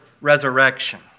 resurrection